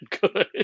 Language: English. good